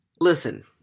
Listen